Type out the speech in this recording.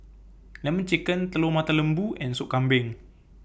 Lemon Chicken Telur Mata Lembu and Soup Kambing